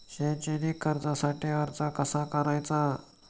शैक्षणिक कर्जासाठी अर्ज कसा करायचा?